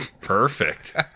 Perfect